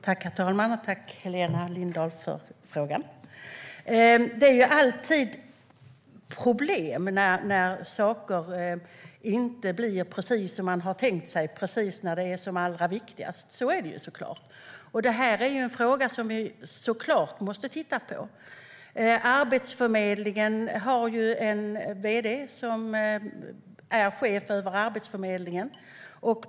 Herr talman! Tack för frågan, Helena Lindahl! Det är alltid problem när saker inte blir precis som man har tänkt sig precis när det är som allra viktigast. Det här är en fråga som vi såklart måste titta på. Arbetsförmedlingen har ju en gd som är chef över Arbetsförmedlingen.